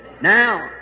Now